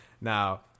Now